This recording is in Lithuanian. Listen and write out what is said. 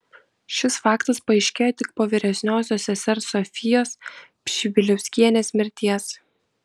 šis faktas paaiškėjo tik po vyresniosios sesers sofijos pšibiliauskienės mirties